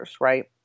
right